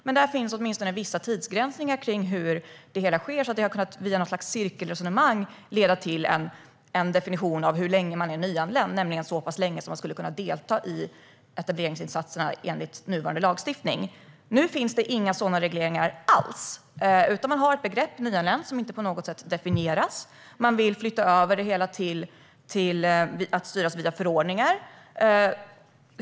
Men där finns åtminstone vissa tidsbegränsningar för hur det hela sker, så via något slags cirkelresonemang har det kunnat leda till en definition av hur länge man är nyanländ - nämligen så länge som man skulle kunna delta i etableringsinsatserna enligt nuvarande lagstiftning. Nu finns det inga sådan regleringar alls, utan man har ett begrepp - "nyanländ" - som inte på något sätt definieras. Man vill flytta över det hela till att styras via förordningar.